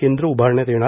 केंद्र उभारण्यात येणार